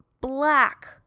black